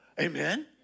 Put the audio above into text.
Amen